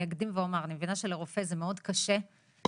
אני אקדים ואומר שאני מבינה שלרופא זה מאוד קשה באמת